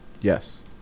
Yes